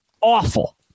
Awful